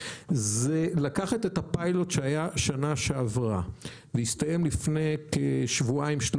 זה לקחת את הפיילוט שהיה שנה שעברה והסתיים לפני כשבועיים-שלושה.